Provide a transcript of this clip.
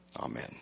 Amen